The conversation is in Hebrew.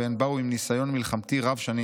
והן באו עם ניסיון צבאי רב-שנים